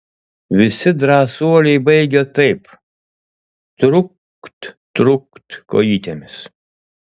visi drąsuoliai baigia taip trukt trukt kojytėmis